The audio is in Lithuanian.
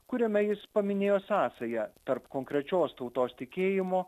kuriame jis paminėjo sąsają tarp konkrečios tautos tikėjimo